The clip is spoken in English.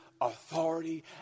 authority